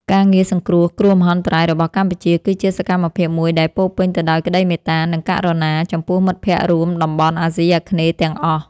ការងារសង្គ្រោះគ្រោះមហន្តរាយរបស់កម្ពុជា គឺជាសកម្មភាពមួយដែលពោរពេញទៅដោយក្តីមេត្តា និងករុណា ចំពោះមិត្តភក្តិរួមតំបន់អាស៊ីអាគ្នេយ៍ទាំងអស់។